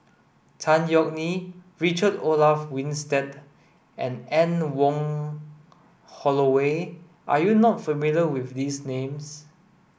Tan Yeok Nee Richard Olaf Winstedt and Anne Wong Holloway are you not familiar with these names